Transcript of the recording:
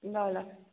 ल ल